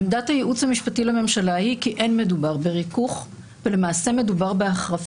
עמדת הייעוץ המשפטי לממשלה היא כי אין מדובר בריכוך ולמעשה מדובר בהחרפה